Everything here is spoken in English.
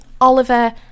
Oliver